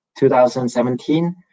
2017